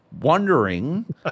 wondering